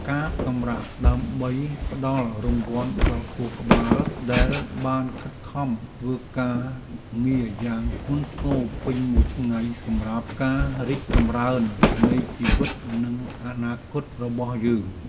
ការសម្រាកដើម្បីផ្ដល់រង្វាន់ដល់ខួរក្បាលដែលបានខិតខំធ្វើការងារយ៉ាងធ្ងន់ធ្ងរពេញមួយថ្ងៃសម្រាប់ការរីកចម្រើននៃជីវិតនិងអនាគតរបស់យើង។